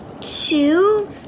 Two